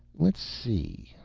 let's see.